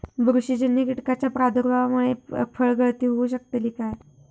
बुरशीजन्य कीटकाच्या प्रादुर्भावामूळे फळगळती होऊ शकतली काय?